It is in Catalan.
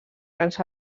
grans